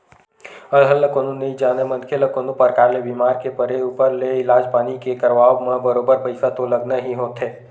अलहन ल कोनो नइ जानय मनखे ल कोनो परकार ले बीमार के परे ऊपर ले इलाज पानी के करवाब म बरोबर पइसा तो लगना ही होथे